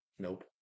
Nope